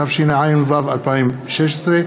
התשע"ו 2016,